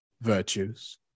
virtues